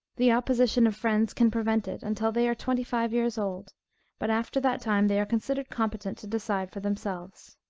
the opposition of friends can prevent it, until they are twenty-five years old but after that time they are considered competent to decide for themselves.